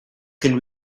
can